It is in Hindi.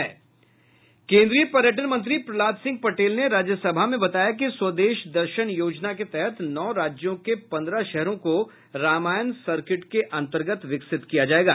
केन्द्रीय पर्यटन मंत्री प्रह्लाद सिंह पटेल ने राज्यसभा में बताया कि स्वदेश दर्शन योजना के तहत नौ राज्यों के पन्द्रह शहरों को रामायण सर्किट के अन्तर्गत विकसित किया जायेगा